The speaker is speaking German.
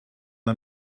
der